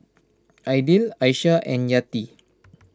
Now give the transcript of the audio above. Aidil Aisyah and Yati